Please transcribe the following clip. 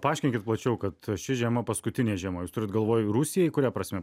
paaiškinkit plačiau kad ši žiema paskutinė žiema jūs turit galvoj rusijai kuria prasme